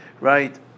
right